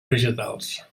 vegetals